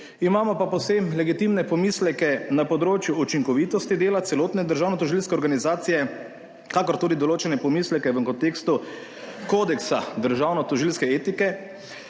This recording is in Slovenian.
imamo pa povsem legitimne pomisleke na področju učinkovitosti dela celotne državnotožilske organizacije ter tudi določene pomisleke v kontekstu kodeksa državnotožilske etike,